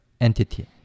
entity